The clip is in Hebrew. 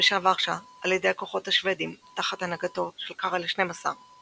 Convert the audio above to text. נכבשה ורשה על ידי הכוחות השוודים תחת הנהגתו של קרל השנים עשר,